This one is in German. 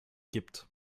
gibt